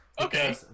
okay